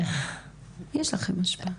יש לכם השפעה.